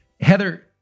Heather